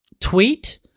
tweet